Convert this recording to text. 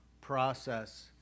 process